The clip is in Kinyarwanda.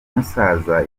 musaza